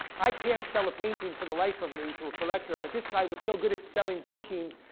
i can't sell a painting for the life of me to a collector but this guy was so good at selling paintings,